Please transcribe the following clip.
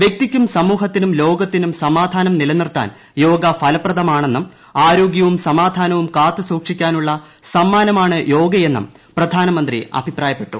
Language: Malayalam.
വൃക്തിക്കും സമൂഹത്തിനും ലോകത്തിനും സമാധാനം നിലനിർത്താൻ യോഗ ഫലപ്രദമാണെന്നും ആരോഗ്യവും സമാധാനവും സമ്മാനമാണ് യോഗയെന്നും പ്രധാനമന്ത്രി അഭിപ്രായപ്പെട്ടു